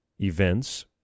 events